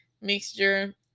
mixture